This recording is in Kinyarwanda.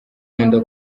nkunda